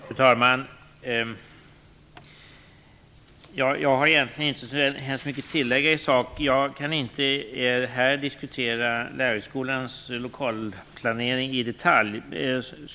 Fru talman! Jag har egentligen inte så hemskt mycket att tillägga i sak. Jag kan inte här diskutera Lärarhögskolans lokalplanering i detalj.